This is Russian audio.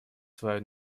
свою